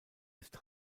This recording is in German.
ist